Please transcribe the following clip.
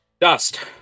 Dust